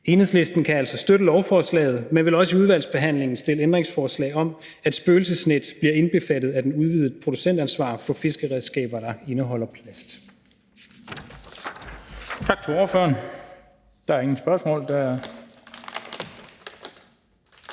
Enhedslisten kan altså støtte lovforslaget, men vi vil også i udvalgsbehandlingen stille ændringsforslag om, at spøgelsesnet bliver indbefattet af det udvidede producentansvar for fiskeredskaber, der indeholder plast.